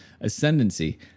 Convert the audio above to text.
ascendancy